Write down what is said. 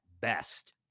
best